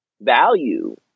value